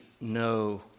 no